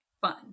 fun